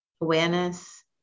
Awareness